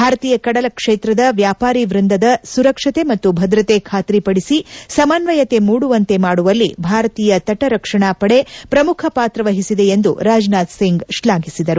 ಭಾರತೀಯ ಕಡಲ ಕ್ಷೇತ್ರದ ವ್ಯಾಪಾರೀ ವೃಂದಲ್ಲಿ ಸುರಕ್ಷತೆ ಮತ್ತು ಭದ್ರತೆ ಖಾತ್ರಿ ಪಡಿಸಿ ಸಮನ್ವಯತೆ ಮೂಡುವಂತೆ ಮಾಡುವಲ್ಲಿ ಭಾರತೀಯ ತಟ ರಕ್ಷಣಾ ಪಡೆ ಪ್ರಮುಖ ಪಾತ್ರವಹಿಸಿದೆ ಎಂದು ರಾಜ್ನಾಥ್ ಸಿಂಗ್ ಶ್ಲಾಘಿಸಿದರು